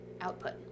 output